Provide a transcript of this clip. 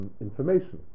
information